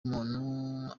umuntu